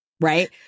right